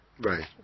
right